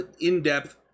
in-depth